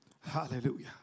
Hallelujah